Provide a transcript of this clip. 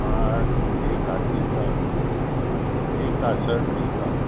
हा ठीकु आहे ठीकु आहे ठीकु आहे सर ठीकु आहे